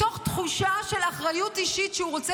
מתוך תחושה של אחריות אישית שהוא רוצה